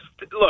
look